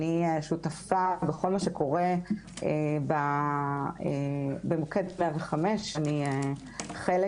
אני שותפה בכל מה שקורה במוקד 105. חלק